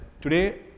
today